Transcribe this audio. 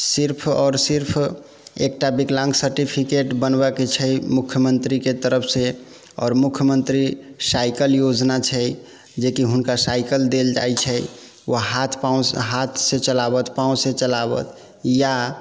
सिर्फ आओर सिर्फ एकटा विकलाङ्ग सर्टिफिकेट बनबयके छै मुख्यमन्त्रीके तरफसँ आओर मुख्यमन्त्री साइकल योजना छै जे कि हुनका साइकल देल जाइ छै वह हाथ पाँवसँ हाथसँ चलाबथि पाँवसँ चलाबथि या